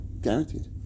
Guaranteed